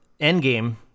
Endgame